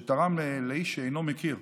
שתרם לאיש שאינו מכיר.